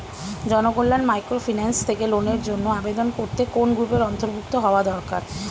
Janakalyan microfinance থেকে লোনের জন্য আবেদন করতে কোন গ্রুপের অন্তর্ভুক্ত হওয়া দরকার?